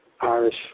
Irish